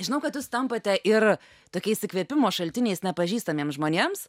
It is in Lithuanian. žinau kad jūs tampate ir tokiais įkvėpimo šaltiniais nepažįstamiems žmonėms